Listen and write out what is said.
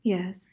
Yes